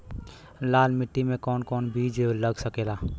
लाल मिट्टी में कौन कौन बीज लग सकेला?